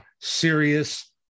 serious